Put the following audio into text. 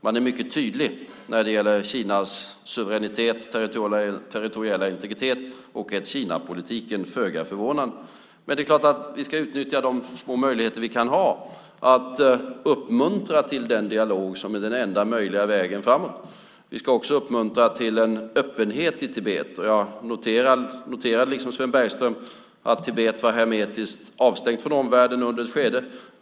Man är mycket tydlig när det gäller Kinas suveränitet och territoriella integritet och ett-Kina-politiken, vilket är föga förvånande. Men det är klart att vi ska utnyttja de små möjligheter som vi kan ha att uppmuntra till den dialog som är den enda möjliga vägen framåt. Vi ska också uppmuntra till en öppenhet i Tibet. Jag noterade, liksom Sven Bergström, att Tibet var hermetiskt avstängt från omvärlden under ett skede.